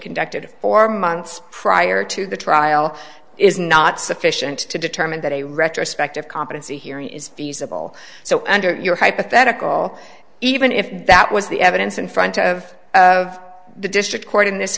conducted four months prior to the trial is not sufficient to determine that a retrospective competency hearing is feasible so under your hypothetical even if that was the evidence in front of the district court in this